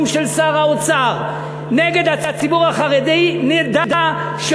של שר האוצר נגד הציבור החרדי נדע שהוא,